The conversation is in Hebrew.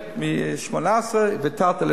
על 18 ויתרתי,